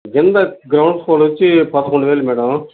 కింద గ్రౌండ్ ఫ్లోరొచ్చి పదకొండు వేలు మేడమ్